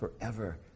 forever